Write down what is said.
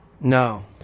no